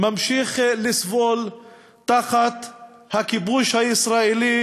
ממשיך לסבול תחת הכיבוש הישראלי,